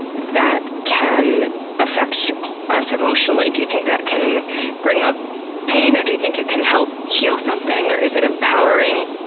that can affect us emotionally? do you think it can bring up pain? or do you think it can help heal something, or is it empowering?